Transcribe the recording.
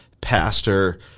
pastor